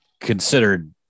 considered